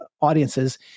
audiences